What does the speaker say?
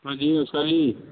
ਹਾਂਜੀ ਨਮਸ਼ਕਾਰ ਜੀ